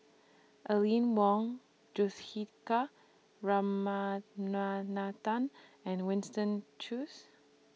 Aline Wong Juthika and Winston Choos